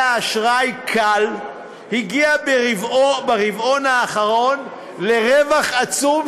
האשראי Cal הגיעה ברבעון האחרון לרווח עצום,